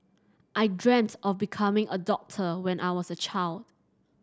I dreamt of becoming a doctor when I was a child